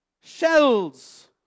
shells